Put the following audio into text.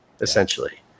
essentially